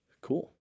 cool